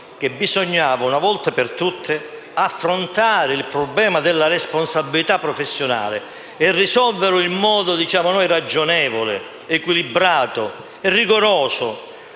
bisognasse, una volta per tutte, affrontare il problema della responsabilità professionale e risolverlo in modo, diciamo noi, ragionevole, equilibrato e rigoroso,